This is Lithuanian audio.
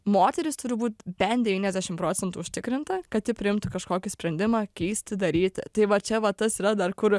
moterys turi būt bent devyniasdešim procentų užtikrinta kad ji priimtų kažkokį sprendimą keisti daryti tai va čia va tas yra dar kur